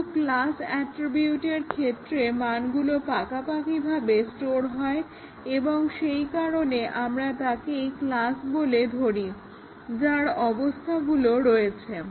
কিন্তু ক্লাস অ্যাট্রিবিউটের ক্ষেত্রে মানগুলো পাকাপাকিভাবে স্টোর হয় এবং সেই কারণে আমরা তাকেই ক্লাস বলি ধরি যার অবস্থাগুলো রয়েছে